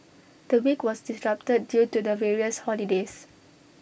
the week was disrupted due to the various holidays